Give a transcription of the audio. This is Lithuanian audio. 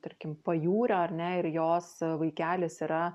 tarkim pajūrio ar ne ir jos vaikelis yra